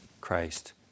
Christ